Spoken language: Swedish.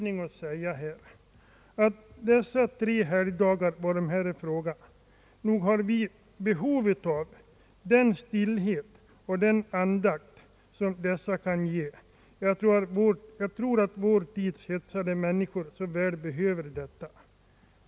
Jag vill säga att vi har behov av den stillhet och den andakt som de tre helgdagar, om vilka här är fråga, kan ge. Jag tror att vår tids hetsade människor så väl behöver denna stillhet.